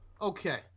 Okay